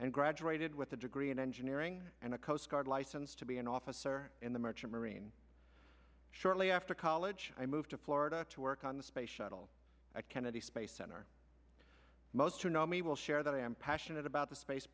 and graduated with a degree in engineering and a coast guard license to be an officer in the merchant marine shortly after college i moved to florida to work on the space shuttle at kennedy space center most who know me will share that i am passionate about the space